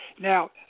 Now